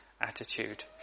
attitude